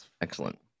Excellent